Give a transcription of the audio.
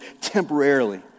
temporarily